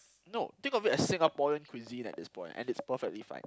no think of it as Singaporean cuisine at this point and it's perfectly fine